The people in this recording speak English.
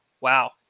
wow